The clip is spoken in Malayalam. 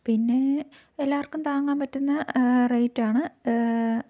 പിന്നെ എല്ലാവർക്കും താങ്ങാൻ പറ്റുന്ന റേറ്റാണ്